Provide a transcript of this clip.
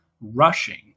rushing